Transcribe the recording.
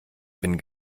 bin